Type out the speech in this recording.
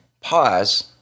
pause